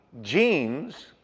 genes